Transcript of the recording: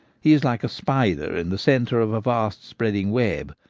he is like a spider in the centre of a vast spreading web,